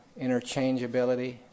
interchangeability